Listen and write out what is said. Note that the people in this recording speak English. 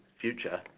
future